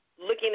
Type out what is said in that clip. looking